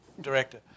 director